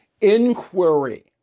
Inquiry